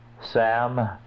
Sam